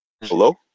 Hello